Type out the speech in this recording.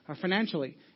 financially